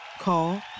Call